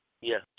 yes